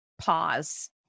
pause